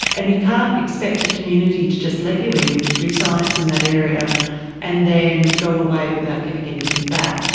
and you can't expect a community to just let you in, do science in that area and then go away without giving anything back.